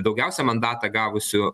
daugiausia mandatą gavusių